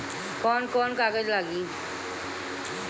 कौन कौन कागज लागी?